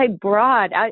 broad